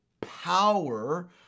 power